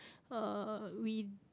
uh we